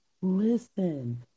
listen